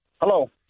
Hello